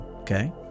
Okay